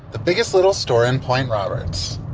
the biggest little store in point roberts.